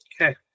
Okay